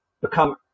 become